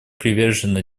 привержена